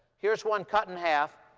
here's one cut in half.